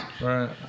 Right